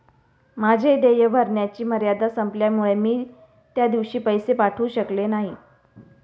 माझे देय भरण्याची मर्यादा संपल्यामुळे मी त्या दिवशी पैसे पाठवू शकले नाही